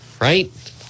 Right